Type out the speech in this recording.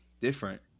different